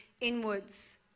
inwards